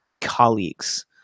colleagues